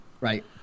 Right